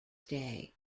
day